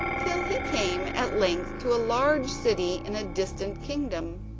till he came at length to a large city in a distant kingdom,